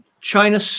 China